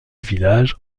village